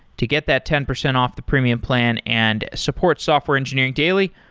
to get that ten percent off the premium plan and support software engineering daily,